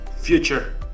Future